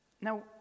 Now